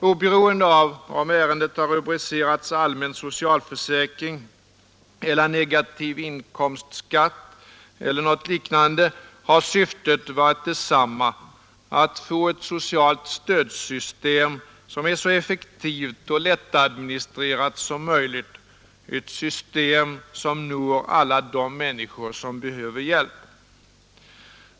Oberoende av om ärendet rubricerats allmän socialförsäkring eller negativ inkomstskatt eller något liknande har syftet varit detsamma: att få ett socialt stödsystem som är så effektivt och lättadministrerat som möjligt och når alla de människor som behöver hjälp.